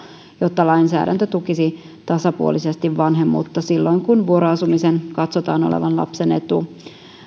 jotta lainsäädäntö tukisi tasapuolisesti vanhemmuutta silloin kun vuoroasumisen katsotaan olevan lapsen etu